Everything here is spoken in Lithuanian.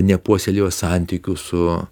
nepuoselėjo santykių su